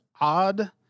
odd